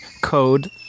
code